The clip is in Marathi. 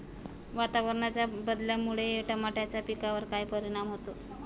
वातावरणाच्या बदलामुळे टमाट्याच्या पिकावर काय परिणाम होतो?